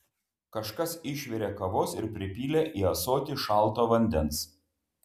kažkas išvirė kavos ir pripylė į ąsotį šalto vandens